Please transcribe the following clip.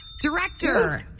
Director